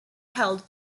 held